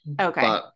Okay